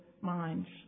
minds